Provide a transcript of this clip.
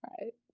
Right